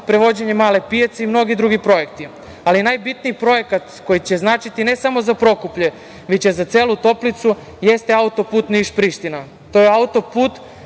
prevođenje male pijace i mnogi drugi projekti. Najbitniji projekat koji će značiti ne samo Prokuplje, već i za celu Toplicu jeste autoput Niš – Priština. To je autoput